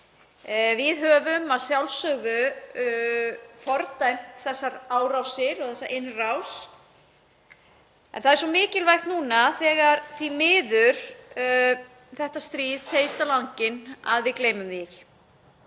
Við höfum að sjálfsögðu fordæmt þessar árásir og þessa innrás. En það er svo mikilvægt núna, þegar því miður þetta stríð teygist á langinn, að við gleymum því ekki.